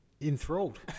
enthralled